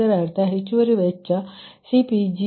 ಇದರರ್ಥ ಹೆಚ್ಚುವರಿ ವೆಚ್ಚ CPg222